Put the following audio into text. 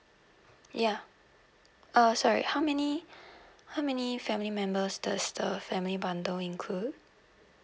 ya err sorry how many how many family members does the family bundle include